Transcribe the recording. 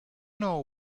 know